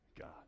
God